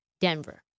Denver